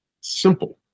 Simple